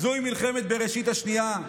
זוהי מלחמת בראשית השנייה,